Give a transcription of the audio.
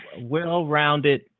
well-rounded